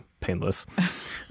painless